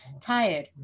tired